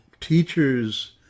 teachers